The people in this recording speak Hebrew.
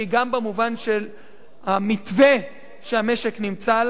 גם במובן של המתווה שהמשק נמצא עליו,